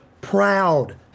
Proud